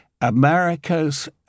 America's